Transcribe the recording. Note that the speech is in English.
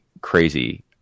crazy